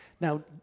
Now